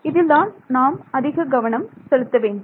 இதில் தான் நாம் அதிக கவனம் செலுத்த வேண்டும்